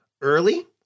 early